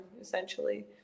essentially